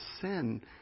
sin